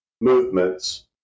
movements